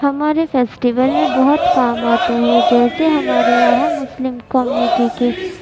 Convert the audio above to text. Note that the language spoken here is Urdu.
ہمارے فیسٹیول میں بہت کام آتے ہیں جیسے ہمارے یہاں مسلم کمیونٹی کے